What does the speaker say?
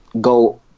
Go